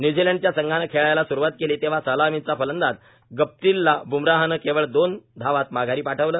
न्यूझीलंडच्या संघानं खेळायला स्रूवात केली तेव्हा सलामीचा फलंदाज गप्टीलला बुमराह नं केवळ दोन धावात माघारी पाठवलं